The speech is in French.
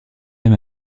même